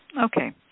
Okay